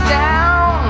down